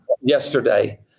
yesterday